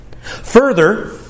Further